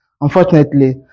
Unfortunately